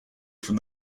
from